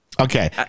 Okay